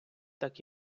так